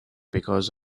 because